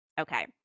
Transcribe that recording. okay